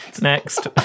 next